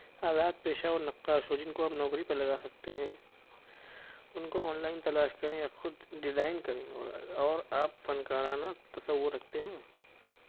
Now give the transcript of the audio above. آزاد پیشہ ور نقاش ہو جن کو ہم نوکری پہ لگا سکتے ہیں ان کو آن لائن تلاش کریں یا خود ڈیزائن کریں اور آپ فنکارانہ تصور رکھتے ہیں